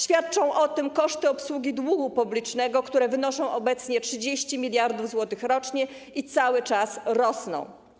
Świadczą o tym koszty obsługi długu publicznego, które wynoszą obecnie 30 mld zł rocznie i cały czas rosną.